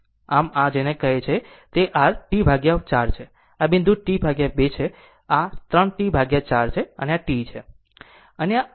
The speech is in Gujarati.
આમ તે આ છે જેને આ કહે છે તે r T 4 છે આ બિંદુ T 2 છે આ 3 T 4 છે અને આ T છે